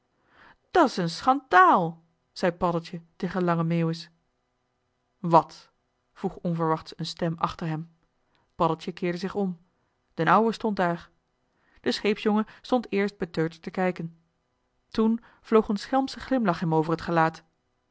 toegestaan dat's een schandaal zei paddeltje tegen lange meeuwis wat vroeg onverwachts een stem achter hem paddeltje keerde zich om d'n ouwe stond daar de scheepsjongen stond eerst beteuterd te kijken toen vloog een schelmsche glimlach hem over t gelaat